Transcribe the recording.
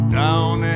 down